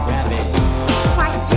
Rabbit